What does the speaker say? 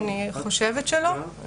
אני חושבת שלא.